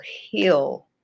heal